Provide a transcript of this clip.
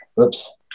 oops